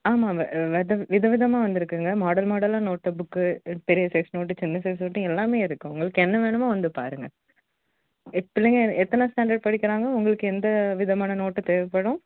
ஆமாம் வித விதமாக விதமாக வந்திருக்குங்க மாடல் மாடலாக நோட்டு புக்கு பெரிய சைஸ் நோட்டு சின்ன சைஸ் நோட்டு எல்லாமே இருக்குது உங்களுக்கு என்ன வேணுமோ வந்து பாருங்க எத் பிள்ளைங்கள் எத்தனை ஸ்டாண்டர்ட் படிக்கிறாங்க உங்களுக்கு எந்த விதமான நோட்டு தேவைப்படும்